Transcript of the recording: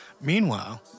Meanwhile